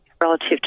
relative